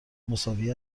مساوی